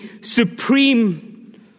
supreme